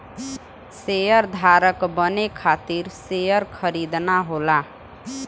शेयरधारक बने खातिर शेयर खरीदना होला